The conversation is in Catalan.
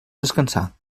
descansar